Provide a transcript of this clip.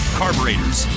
carburetors